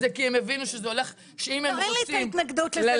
זה כי הן הבינו שזה הולך -- תראי לי את ההתנגדות לזה,